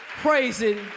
praising